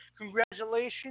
Congratulations